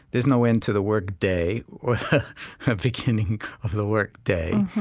there's no end to the workday or beginning of the workday.